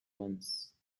ones